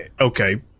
Okay